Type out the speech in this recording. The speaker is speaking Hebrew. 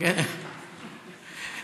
אין גבולות לרוחב לב.